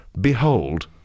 Behold